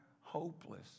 hopeless